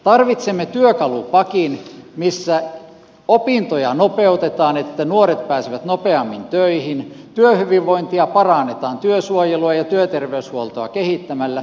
tarvitsemme työkalupakin missä opintoja nopeutetaan että nuoret pääsevät nopeammin töihin työhyvinvointia parannetaan työsuojelua ja työterveyshuoltoa kehittämällä